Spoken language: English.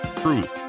truth